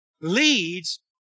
leads